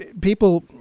People